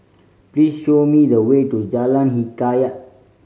please show me the way to Jalan Hikayat